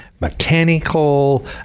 mechanical